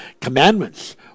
Commandments